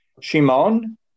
Shimon